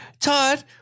Todd